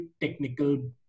technical